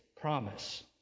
promise